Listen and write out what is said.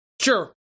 sure